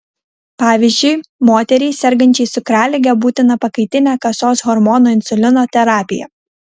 pavyzdžiui moteriai sergančiai cukralige būtina pakaitinė kasos hormono insulino terapija